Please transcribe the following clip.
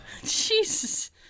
Jesus